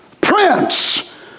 Prince